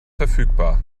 verfügbar